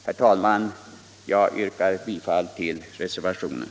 Herr talman! Jag yrkar bifall till reservationen.